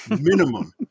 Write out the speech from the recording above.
minimum